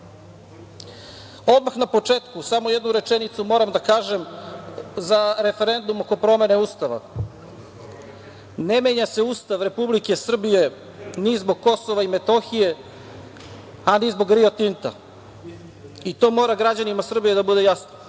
na početku samo jednu rečenicu moram da kažem za referendum oko promene Ustava. Ne menja se Ustav Republike Srbije, ni zbog KiM, a ni zbog „Rio Tinta“ i to mora građanima Srbije da bude jasno.